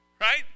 right